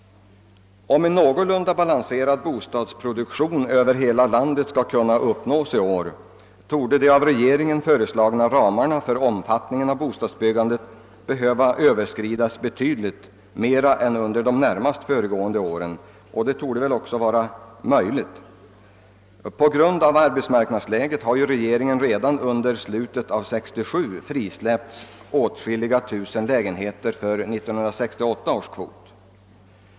Om en någorlunda balanserad bostadsproduktion skall kunna uppnås i hela landet i år, torde de av regeringen föreslagna ramarna för omfatitningen av bostadsbyggandet behöva överskridas betydligt — mer än under de närmast föregående åren — och detta torde också vara möjligt; på grund av arbetsmarknadsläget har regeringen redan under slutet av 1967 frisläppt åtskilliga tusen lägenheter på 1968 års kvot.